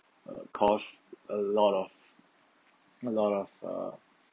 uh cause a lot of a lot of uh